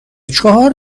چهار